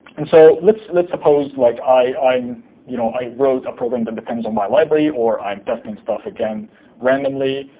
and so, let's let's suppose like i you know i wrote a program that depends on my library, or i'm testing stuff again randomly.